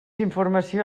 informació